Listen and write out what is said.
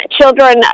Children